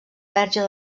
verge